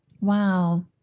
wow